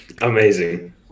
Amazing